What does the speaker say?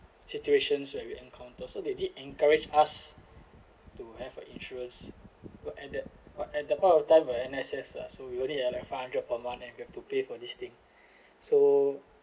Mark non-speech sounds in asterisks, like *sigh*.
situations where we encounter so they did encouraged us to have a insurance were at that but at that point of time where N_S_S lah so we only have like five hundred per month and you have to pay for this thing *breath* so